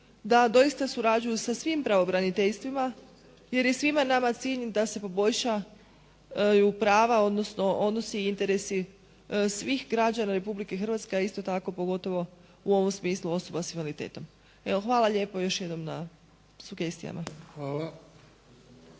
da doista surađuju sa svim pravobraniteljstvima jer je svima nama cilj da se poboljšaju prava, odnosno odnosi i interesi svih građana Republike Hrvatske, a isto tako pogotovo u ovom smislu osoba s invaliditetom. Evo, hvala lijepo još jednom na sugestijama.